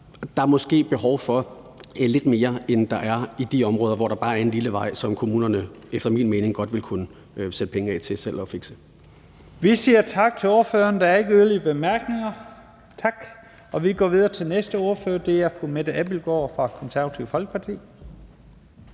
der er måske behov for lidt mere, end der er i de områder, hvor der bare er en lille vej, som kommunerne efter min mening godt selv ville kunne sætte penge af til at fikse. Kl. 10:34 Første næstformand (Leif Lahn Jensen): Vi siger tak til ordføreren. Der er ikke yderligere korte bemærkninger. Vi går videre til den næste ordfører, som er fru Mette Abildgaard fra Det Konservative Folkeparti.